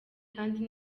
kandi